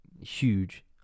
huge